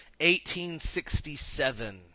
1867